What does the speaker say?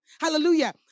Hallelujah